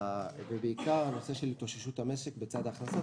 ובעיקר התאוששות המשק בצד ההכנסות.